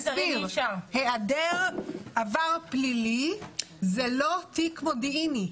היעדר עבר פלילי זה לא תיק מודיעיני.